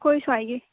ꯑꯩꯈꯣꯏ ꯁ꯭ꯋꯥꯏꯒꯤ